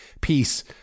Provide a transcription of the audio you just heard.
peace